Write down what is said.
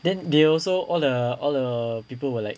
then they also all the all the people were like